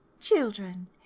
children